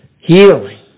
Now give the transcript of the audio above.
healing